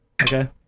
Okay